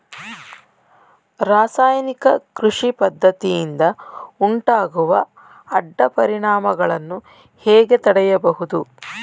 ರಾಸಾಯನಿಕ ಕೃಷಿ ಪದ್ದತಿಯಿಂದ ಉಂಟಾಗುವ ಅಡ್ಡ ಪರಿಣಾಮಗಳನ್ನು ಹೇಗೆ ತಡೆಯಬಹುದು?